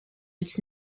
its